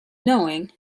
knowing